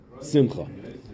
simcha